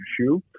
issue